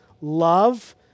love